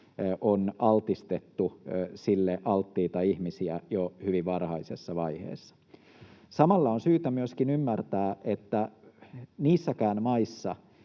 on altistettu sille alttiita ihmisiä jo hyvin varhaisessa vaiheessa. Samalla on syytä myöskin ymmärtää, että niissäkään maissa,